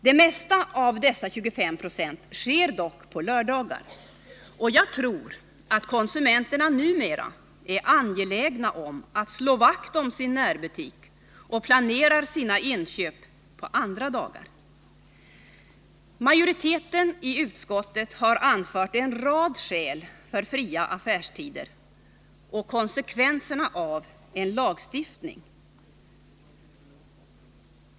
Det mesta av dessa 25 Ze ligger dock på lördagar, och jag tror att konsumenterna numera är angelägna om att slå vakt om sin närbutik och planerar sina inköp på andra dagar. Majoriteten i utskottet har anfört en rad skäl för fria affärstider och mot en lagstiftning.